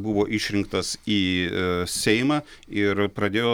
buvo išrinktas į seimą ir pradėjo